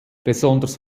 besonders